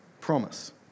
promise